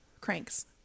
cranks